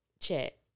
chat